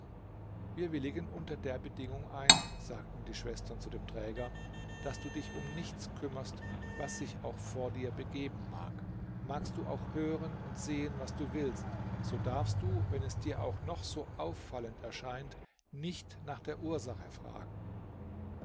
wir willigen unter der bedingung ein sagten die schwestern zu dem träger daß du dich um nichts kümmerst was sich auch vor dir begeben mag magst du auch hören und sehen was du willst so darfst du wenn es dir auch noch so auffallend scheint nicht nach der ursache fragen